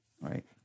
right